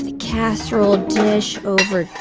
and casserole dish over